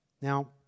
Now